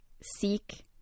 seek